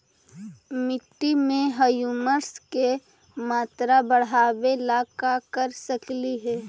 मिट्टी में ह्यूमस के मात्रा बढ़ावे ला का कर सकली हे?